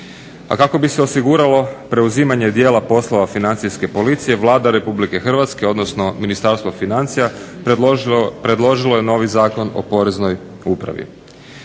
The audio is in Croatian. A kako bi se osiguralo preuzimanje dijela poslova Financijske policije Vlada Republike Hrvatske odnosno Ministarstvo financija predložilo je novi Zakon o Poreznoj upravi.